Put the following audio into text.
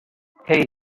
hey